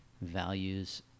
values